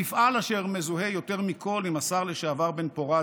המפעל אשר מזוהה יותר מכול עם השר לשעבר בן-פורת,